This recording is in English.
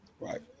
Right